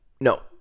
No